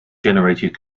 generated